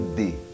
day